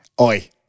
Oi